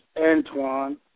Antoine